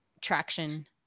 traction